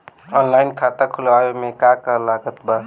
Online खाता खुलवावे मे का का लागत बा?